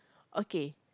okay